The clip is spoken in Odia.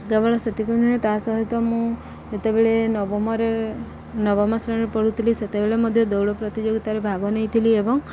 କେବଳ ସେତିକି ନୁହେଁ ତା' ସହିତ ମୁଁ ଯେତେବେଳେ ନବମରେ ନବମ ଶ୍ରେଣରେ ପଢ଼ୁଥିଲି ସେତେବେଳେ ମଧ୍ୟ ଦୌଡ଼ ପ୍ରତିଯୋଗିତାରେ ଭାଗ ନେଇଥିଲି ଏବଂ